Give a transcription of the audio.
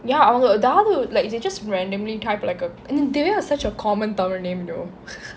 ya அவங்க ஏதாவது:avanga yethaavathu like they just randomly type like a and they have such a common Tamil name though